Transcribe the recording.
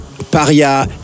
Paria